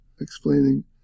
explaining